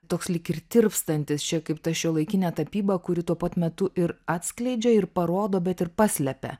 toks lyg ir tirpstantis čia kaip ta šiuolaikinė tapyba kuri tuo pat metu ir atskleidžia ir parodo bet ir paslepia